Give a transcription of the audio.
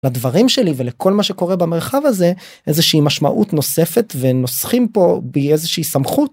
לדברים שלי ולכל מה שקורה במרחב הזה איזושהי משמעות נוספת ונוסחים פה בי איזושהי סמכות.